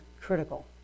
critical